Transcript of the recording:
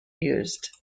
used